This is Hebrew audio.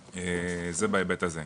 זה בהיבט הזה.